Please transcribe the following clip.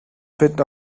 bit